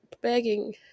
begging